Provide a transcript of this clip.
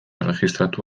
erregistratu